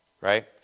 right